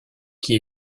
qui